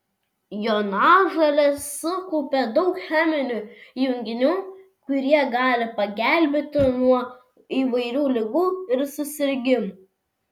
jonažolės sukaupia daug cheminių junginių kurie gali pagelbėti nuo įvairių ligų ir susirgimų